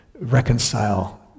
reconcile